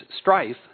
strife